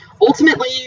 ultimately